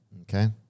Okay